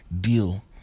deal